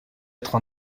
être